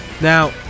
Now